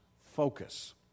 focus